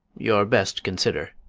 you're best consider.